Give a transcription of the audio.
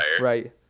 right